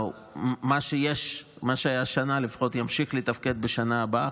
ומה שהיה השנה לפחות ימשיך לתפקד בשנה הבאה,